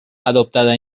adoptada